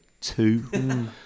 two